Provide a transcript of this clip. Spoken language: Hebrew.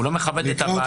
הוא לא מכבד את הוועדה.